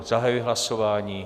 Zahajuji hlasování.